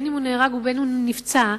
בין שהוא נהרג ובין שהוא נפצע,